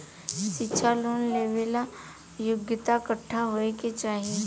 शिक्षा लोन लेवेला योग्यता कट्ठा होए के चाहीं?